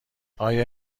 آیا